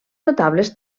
notables